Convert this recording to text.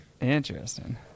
Interesting